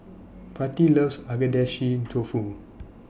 Patti loves Agedashi Dofu